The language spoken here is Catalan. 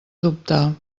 dubtar